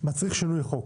מצריך שינוי חוק.